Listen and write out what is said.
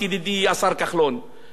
ואני מאמין לכל מלה שאמר כאן,